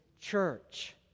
church